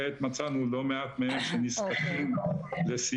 כעת מצאנו לא מעט מאלה שנזקקים לסיוע,